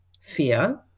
fear